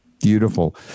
Beautiful